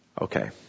Okay